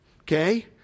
okay